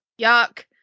Yuck